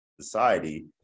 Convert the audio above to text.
society